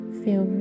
feel